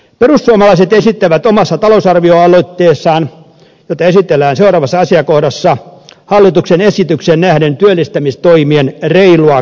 perussuomalaiset esittävät omassa talousarvioaloitteessaan jota esitellään seuraavassa asiakohdassa hallituksen esitykseen nähden työllistämistoimien reilua kaksinkertaistamista